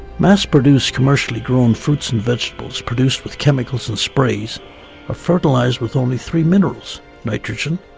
mass-produced commercially grown fruits and vegetables produced with chemicals and sprays are fertilized with only three minerals nitrogen,